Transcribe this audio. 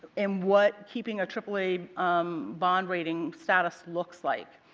and what keeping a aaa bond rating status looks like.